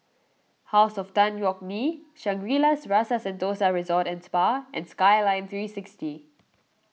House of Tan Yeok Nee Shangri La's Rasa Sentosa Resort and Spa and Skyline three sixty